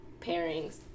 pairings